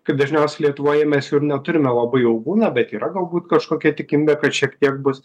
kaip dažniausiai lietuvoje mes jų ir neturime labai ilgų na bet yra galbūt kažkokia tikimybė kad šiek tiek bus